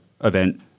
event